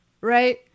right